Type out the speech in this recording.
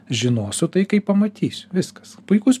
žinosiu tai kai pamatysiu viskas puikus